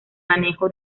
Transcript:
manejo